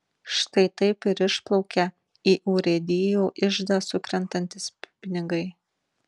štai taip ir išplaukia į urėdijų iždą sukrentantys pinigai